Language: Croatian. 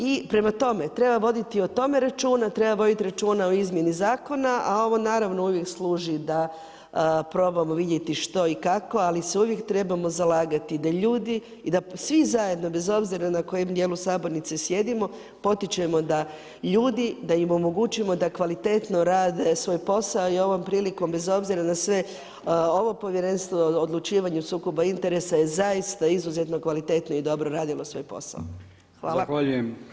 I prema tome, treba voditi i o tome računa, treba voditi računa o izmjeni zakona, o ovo naravno, uvijek služi da probamo vidjeti što i kako, ali se uvijek trebamo zalagati, da ljudi i da svi zajedno, bez obzira na kojem dijelu sabornice sjedimo, potičemo, da ljudi, da im omogućimo da kvalitetno rade svoj posao i ovom prilikom, bez obzira na sve ovo povjerenstvo o odlučivanja sukoba interesa je zaista kvalitetno i dobro radimo svoj posao.